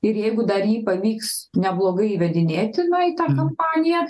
ir jeigu dar jį pavyks neblogai įvedinėti na į tą kampaniją